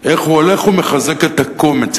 איך הוא הולך ומחזק את הקומץ,